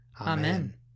Amen